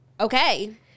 okay